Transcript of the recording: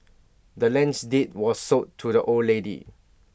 the land's deed was sold to the old lady